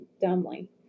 dumbly